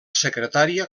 secretària